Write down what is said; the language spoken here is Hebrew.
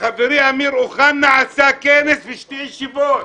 חברי אמיר אוחנה עשה כנס ושתי ישיבות,